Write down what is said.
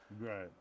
Right